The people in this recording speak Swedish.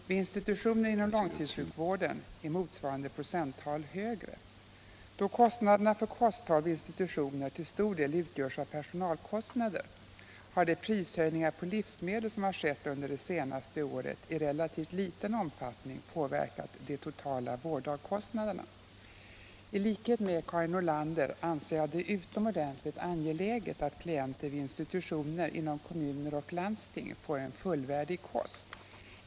Vid institutioner inom långtidssjukvården är motsvarande procenttal högre. Då kostnaderna för kosthåll vid institutioner till stor del utgörs av personalkostnader, har de prishöjningar på livsmedel som skett under det senaste året i relativt liten omfattning påverkat de totala vårddagkostnaderna. I likhet med Karin Nordlander anser jag det utomordentligt angeläget att klienter vid institutioner inom kommuner och landsting får en fullvärdig kost.